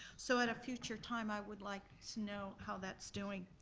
so at a future time, i would like to know how that's doing.